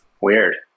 Weird